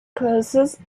closes